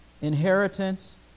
Inheritance